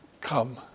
come